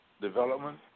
development